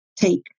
take